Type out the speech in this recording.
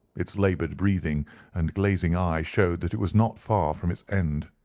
it's laboured breathing and glazing eye showed that it was not far from its end.